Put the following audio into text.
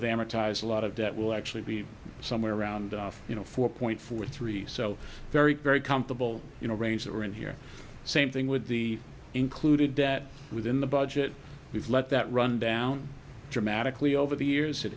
amortize a lot of debt will actually be somewhere around you know four point four three so very very comfortable you know range that were in here same thing with the included that within the budget we've let that run down dramatically over the years